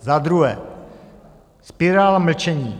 Za druhé spirála mlčení.